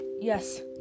Yes